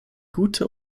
gute